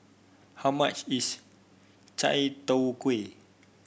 how much is Chai Tow Kuay